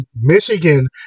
Michigan